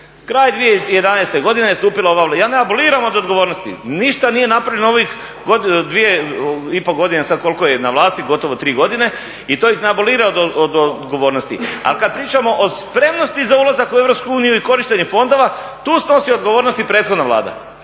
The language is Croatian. Kraj 2011. godine stupila je ova, ja ne aboliram od odgovornosti. Ništa nije napravljeno u ovim godinu, dvije i pol godina, sada koliko je na vlasti, gotovo 3 godine i to ih ne abolira od odgovornosti. Ali kada pričamo o spremnosti za ulazak u Europsku uniju i korištenje fondova tu snosi odgovornost i prethodna Vlada.